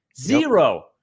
zero